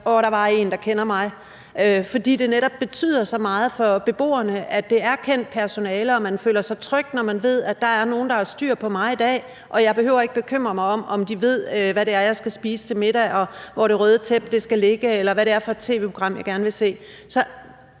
Åh, der var en, der kender mig. For det betyder netop så meget for beboerne, at det er kendt personale; man føler sig tryg, når man ved: I dag er der nogle, der har styr på mig, og jeg behøver ikke at bekymre mig om, om de ved, hvad det er, jeg skal spise til middag, hvor det røde tæppe skal ligge, eller hvad det er for et tv-program, jeg gerne vil se. Så